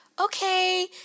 okay